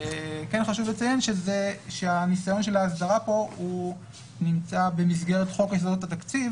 כן חשוב לציין שהניסיון של ההסדרה כאן נמצא במסגרת חוק יסודות התקציב